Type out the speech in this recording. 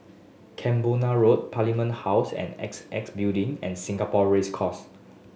Camborna Road Parliament House and Building and Singapore Race Course